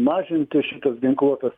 mažinti šitas ginkluotas